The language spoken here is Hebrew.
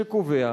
שקובע